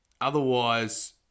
Otherwise